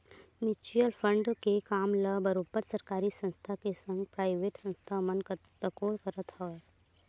mutual fund के काम ल बरोबर सरकारी संस्था के संग पराइवेट संस्था मन तको करत हवय